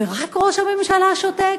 ורק ראש הממשלה שותק?